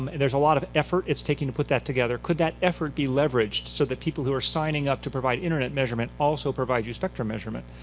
um and there's a lot of effort it's taking to put that together. could that effort be leveraged so that people who are signing up to provide internet measurement also provide you spectrum measurement?